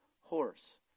horse